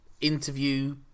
interview